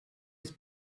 his